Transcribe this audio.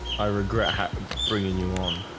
i regret bringing you on